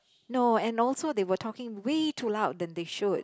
no and also they were talking way too loud than they should